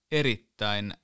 erittäin